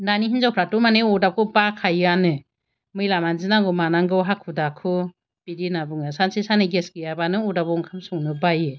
दानि हिनजावपोराथ' माने अरदाबखौ बाखायोआनो मैला मान्जिनांगौ मानांगौ हाखु दाखु बिदि होनना बुङो सानसे साननै गेस गैयाबानो अरदाबाव ओंखाम संनो बायो